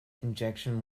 injection